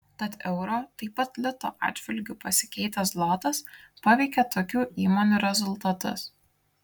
tad euro taip pat lito atžvilgiu pasikeitęs zlotas paveikia tokių įmonių rezultatus